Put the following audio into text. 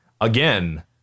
again